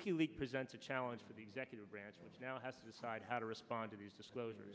century presents a challenge to the executive branch which now has to decide how to respond to these disclosures